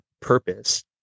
purpose